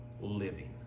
living